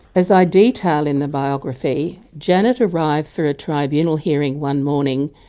as i detail in the biography, janet arrived for a tribunal hearing one morning,